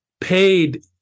paid